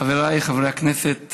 חבריי חברי הכנסת